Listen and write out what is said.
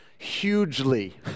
hugely